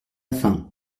fin